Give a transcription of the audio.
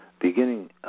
beginning